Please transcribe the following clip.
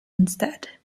instead